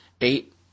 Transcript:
eight